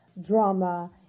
drama